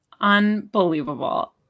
Unbelievable